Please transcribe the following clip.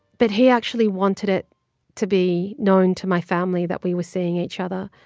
but he actually wanted it to be known to my family that we were seeing each other.